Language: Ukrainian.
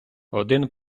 один